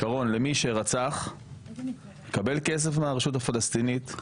שרון, מי שרצח מקבל כסף מהרשות הפלסטינית,